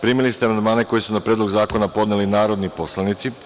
Primili ste amandmane koji su na predlog zakona podneli narodni poslanici.